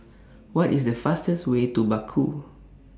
What IS The fastest Way to Baku